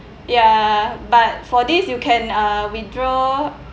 ya but for this you can uh withdraw